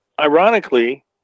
ironically